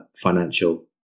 financial